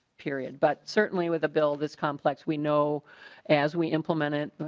period but certainly with the bill this complex we know as we implement it. but